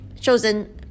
chosen